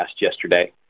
yesterday